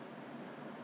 okay so what do you think